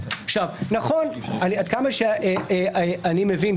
עד כמה שאני מבין,